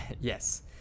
Yes